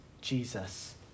Jesus